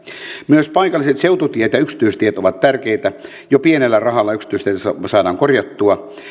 myös paikalliset seututiet ja yksityistiet ovat tärkeitä jo pienellä rahalla yksityisteitä saadaan korjattua